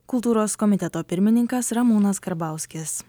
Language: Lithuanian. kultūros komiteto pirmininkas ramūnas karbauskis